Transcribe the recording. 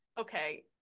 okay